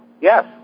yes